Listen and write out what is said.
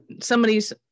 somebody's